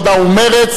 דברנו.